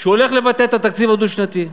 שהוא הולך לבטל את התקציב הדו-שנתי.